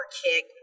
kick